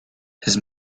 his